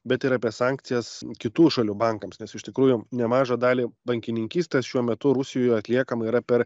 bet ir apie sankcijas kitų šalių bankams nes iš tikrųjų nemažą dalį bankininkystės šiuo metu rusijoje atliekama yra per